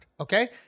Okay